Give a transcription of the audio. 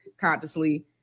consciously